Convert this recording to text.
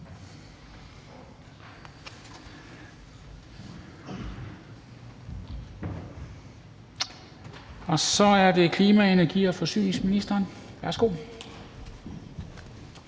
Så er det klima-, energi- og forsyningsministeren. Værsgo.